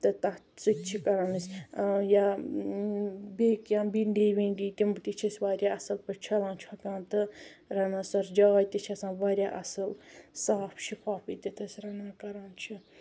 تہٕ تَتھ سۭتۍ چھِ کَران أسۍ یا بیٚیہِ کیٚنٛہہ بِنڑی وِنڑی تِم تہِ چھِ أسۍ واریاہ اصٕل پٲٹھۍ چھَلان چھۄکان تہٕ رنان سۄ جاے تہٕ چھےٚ آسان واریاہ اصٕل صاف شِفاف ییٚتٮ۪تھ أسۍ رنان کَران چھِ